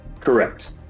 Correct